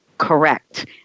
Correct